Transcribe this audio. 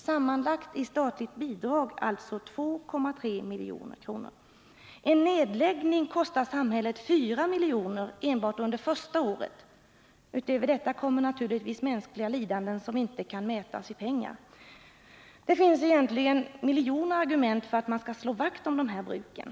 Sammanlagt blir det alltså i statligt bidrag 2,3 milj.kr. En nedläggning kostar samhället 4 miljoner enbart under första året. Utöver detta kommer naturligtvis mänskliga lidanden som inte kan mätas i pengar. Det finns egentligen miljoner argument för att man skall slå vakt om de här bruken.